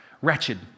wretched